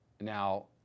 Now